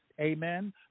amen